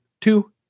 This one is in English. Two